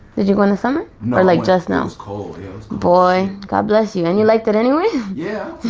did you go in the summer or like just now school boy god bless you and you liked it anyway yeah